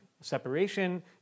separation